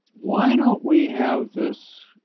why don't we have this.